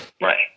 Right